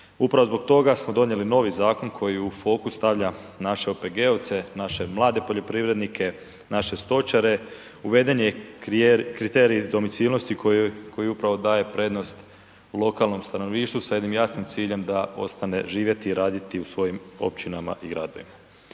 Upravo zbog toga smo donijeli novi zakon koji u fokus stavlja naše OPG-ovce, naše mlade poljoprivrednike, naše stočare, uveden je kriterij domicilnosti koji upravo daje prednost lokalnom stanovništvu sa jednim jasnim ciljem da ostane živjeti i raditi u svojim općinama i gradovima.